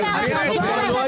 אתם חבורה של צבועים,